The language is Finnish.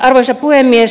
arvoisa puhemies